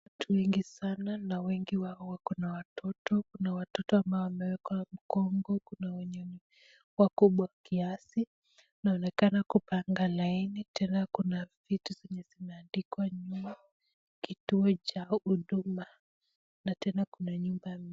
Watu wengi sana na wengi wao wako na watoto. Kuna watoto ambao wamewekwa mgongo, kuna wenye ni wakubwa kiasi. Wanaonekana kupanga laini tena kuna vitu zenye zimeandikwa nyuma, kituo cha huduma na tena kuna nyumba